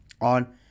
On